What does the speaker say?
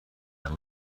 and